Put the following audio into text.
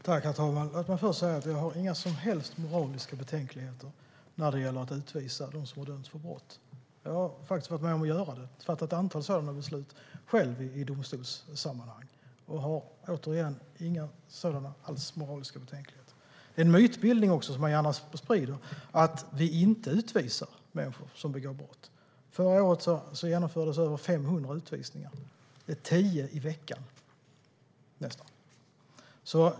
Herr talman! Låt mig först säga att jag inte har några som helst moraliska betänkligheter när det gäller att utvisa dem som har dömts för brott. Jag har faktiskt varit med om att göra det och fattat ett antal sådana beslut i domstolssammanhang. Återigen har jag inte alls några sådana moraliska betänkligheter. Det är en myt som man gärna sprider att vi inte utvisar människor som begår brott. Förra året genomfördes över 500 utvisningar. Det är nästan tio i veckan.